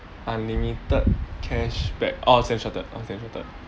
unlimited cashback orh stand chartered Standard Chartered